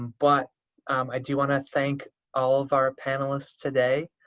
but i do want to thank all of our panelists today.